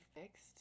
fixed